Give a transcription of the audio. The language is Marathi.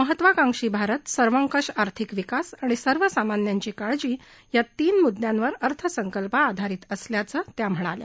महत्त्वाकांक्षी भारत सर्वंकष आर्थिक विकास आणि सर्वसामान्यांची काळजी या तीन मुद्द्यांवर अर्थसंकल्प आधारित असल्याचं त्या म्हणाल्या